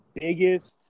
biggest